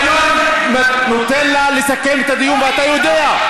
התקנון נותן לה לסכם את הדיון, ואתה יודע.